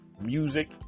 music